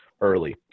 early